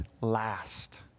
last